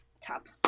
Top